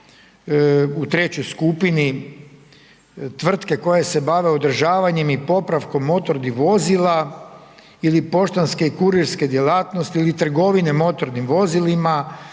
u trećoj skupini tvrtke koje se bave održavanjem i popravkom motornih vozila ili poštanske kurirske djelatnosti ili trgovine motornim vozilima,